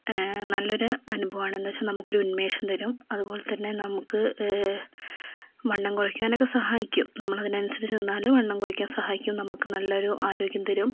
നല്ലൊരു അനുഭവമാണ് എന്താ വെച്ചാൽ നമുക്കൊരു ഉന്മേഷം തരും അതുപോലെത്തന്നെ നമുക്ക് വണ്ണം കുറയ്ക്കാനൊക്കെ സഹായിക്കും നമ്മൾ അതിനനുസരിച്ച് നിന്നാൽ വണ്ണം കുറയ്ക്കാൻ സഹായിക്കും നമ്മൾക്ക് നല്ലൊരു ആരോഗ്യം തരും